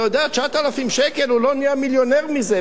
אתה יודע, 9,000 שקל, הוא לא נהיה מיליונר מזה.